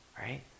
right